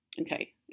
Okay